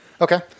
Okay